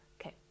okay